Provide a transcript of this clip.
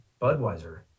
Budweiser